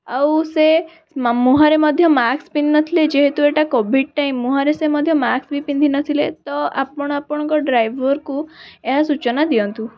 ଆଉ ସେ ମୁହଁରେ ମଧ୍ୟ ମାସ୍କ୍ ପିନ୍ଧି ନଥିଲେ ଯେହେତୁ ଏଇଟା କୋଭିଡ଼୍ ଟାଇମ୍ ମୁହଁରେ ସେ ମଧ୍ୟ ମାସ୍କ୍ ବି ପିନ୍ଧି ନଥିଲେ ତ ଆପଣ ଆପଣଙ୍କ ଡ୍ରାଇଭର୍କୁ ଏହା ସୂଚନା ଦିଅନ୍ତୁ